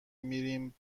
میریم